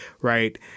right